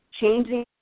changing